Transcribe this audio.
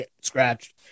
scratched